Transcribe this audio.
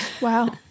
Wow